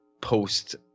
post